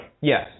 Yes